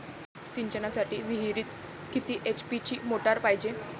ठिबक सिंचनासाठी विहिरीत किती एच.पी ची मोटार पायजे?